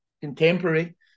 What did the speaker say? contemporary